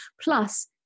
Plus